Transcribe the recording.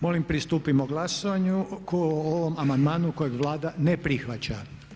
Molim pristupimo glasovanju o ovom amandmanu kojeg Vlada ne prihvaća.